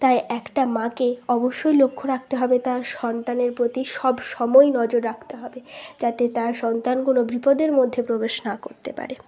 তাই একটা মাকে অবশ্যই লক্ষ্য রাখতে হবে তার সন্তানের প্রতি সব সময় নজর রাখতে হবে যাতে তার সন্তান কোনও বিপদের মধ্যে প্রবেশ না করতে পারে